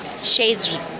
Shades